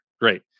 Great